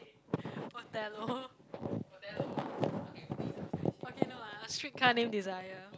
Othello okay no lah a street car named Desire